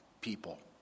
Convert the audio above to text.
people